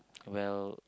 well